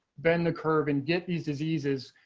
bend the curve and get these diseases.